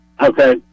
Okay